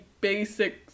basic